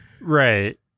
Right